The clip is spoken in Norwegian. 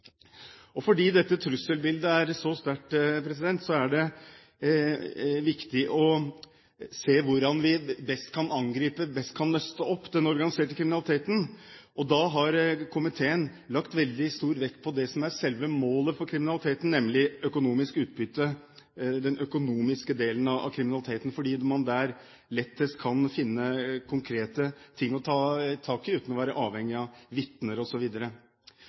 se på hvordan vi best kan angripe, best kan nøste opp, den organiserte kriminaliteten. Da har komiteen lagt veldig stor vekt på det som er selve målet for kriminaliteten, nemlig økonomisk utbytte – den økonomiske delen av kriminaliteten – fordi man der lettest kan finne konkrete ting å ta tak i, uten å være avhengig av vitner,